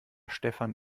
stefan